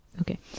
Okay